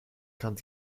kant